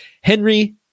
Henry